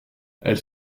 elle